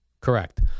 correct